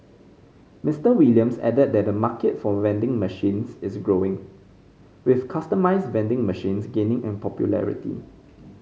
Mister Williams added that the market for vending machines is growing with customised vending machines gaining in popularity